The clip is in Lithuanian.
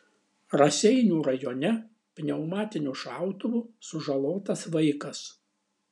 raseinių rajone pneumatiniu šautuvu sužalotas vaikas